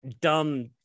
dumb